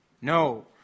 No